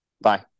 Bye